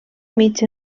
mig